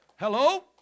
Hello